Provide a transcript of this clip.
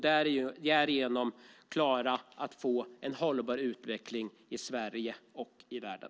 Därigenom kan vi få en hållbar utveckling i Sverige och i världen.